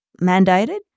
mandated